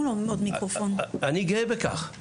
אני גאה בכך.